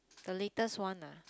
the latest one ah